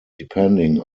depending